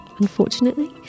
unfortunately